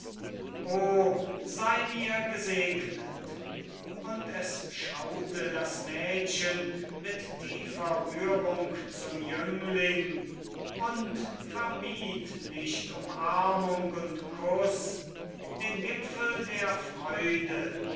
sei mir gesegnet und es schaute das mädchen mit tiefer rührung zum jüngling und vermied nicht umarmung und kuß den gipfel der freude